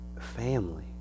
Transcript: family